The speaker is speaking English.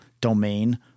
domain